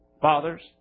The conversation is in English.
fathers